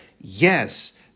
Yes